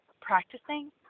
practicing